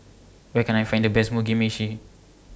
Where Can I Find The Best Mugi Meshi